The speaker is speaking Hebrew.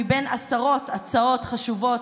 מבין עשרות הצעות חשובות,